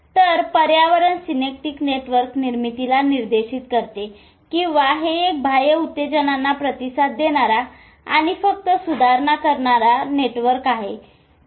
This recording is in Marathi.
तर पर्यावरण सिनेप्टिक नेटवर्क निर्मितीला निर्देशित करते किंवा हे एक बाह्य उत्तेजनांना प्रतिसाद देणारा आणि फक्त सुधारणा करणारा करणारा हा एक नेटवर्क टेम्पलेट आहे